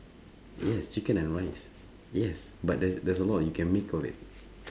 yes chicken and rice yes but there's there's a lot of you can make from it